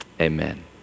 amen